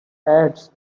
ads